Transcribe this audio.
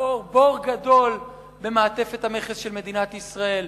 לפעור בור גדול במעטפת המכס של מדינת ישראל.